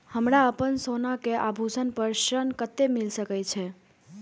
हमरा अपन सोना के आभूषण पर ऋण कते मिल सके छे?